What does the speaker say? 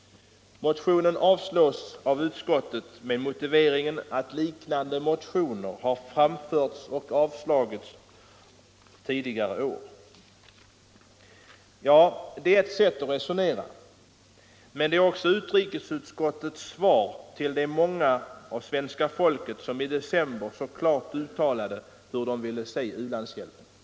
Motionen avstyrks av utrikesutskottet med motiveringen att liknande motioner har framförts och avslagits tidigare år. Ja, det är ett sätt att resonera. Men det är också utrikesutskottets svar till de många svenskar som i december så klart uttalade hur de ville se u-landshjälpen utformad.